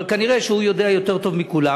אבל נראה שהוא יודע יותר טוב מכולם,